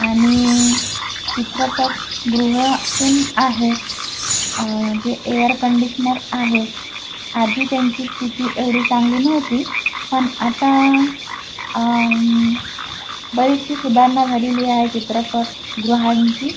आणि चित्रपटगृह पण आहे जे एअरकंडिशनर आहे आधी त्यांची स्थिती एवढी चांगली नव्हती पण आता बरीचशी सुधारणा झालेली आहे चित्रपटगृहांची